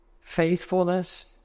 faithfulness